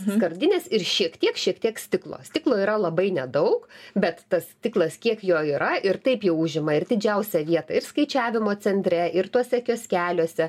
skardinės ir šiek tiek šiek tiek stiklo stiklo yra labai nedaug bet tas stiklas kiek jo yra ir taip jie užima ir didžiausią vietą ir skaičiavimo centre ir tuose kioskeliuose